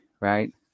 Right